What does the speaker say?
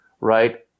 right